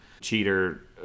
cheater